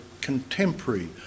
contemporary